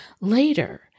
later